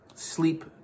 Sleep